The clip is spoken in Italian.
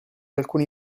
alcuni